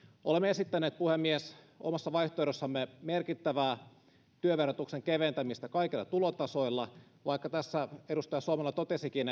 olemme esittäneet puhemies omassa vaihtoehdossamme merkittävää työn verotuksen keventämistä kaikilla tulotasoilla vaikka tässä edustaja suomela totesikin